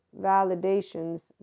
validations